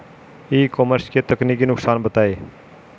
ई commerce के तकनीकी नुकसान बताएं?